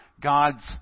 God's